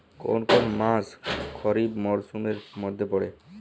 কোন কোন মাস খরিফ মরসুমের মধ্যে পড়ে?